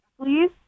Please